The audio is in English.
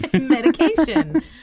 Medication